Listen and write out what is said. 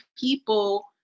people